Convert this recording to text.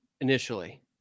initially